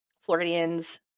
Floridians